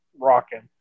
rocking